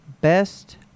best